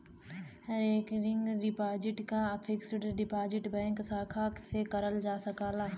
recurring deposit क fixed deposit bank शाखा से करल जा सकला